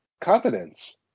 confidence